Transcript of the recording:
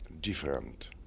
different